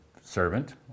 servant